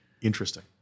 interesting